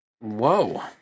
Whoa